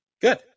Good